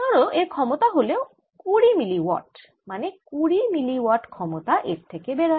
ধরো এর ক্ষমতা হল কুড়ি মিলি ওয়াট মানে কুড়ি মিলি ওয়াট ক্ষমতা এর থেকে বের হয়